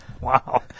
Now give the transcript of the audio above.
Wow